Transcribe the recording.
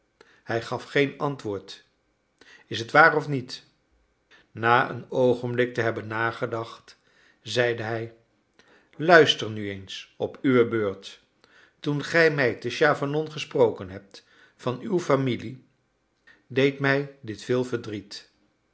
hij gaf geen antwoord is het waar of niet na een oogenblik te hebben nagedacht zeide hij luister nu eens op uwe beurt toen gij mij te chavanon gesproken hebt van uw familie deed mij dit veel verdriet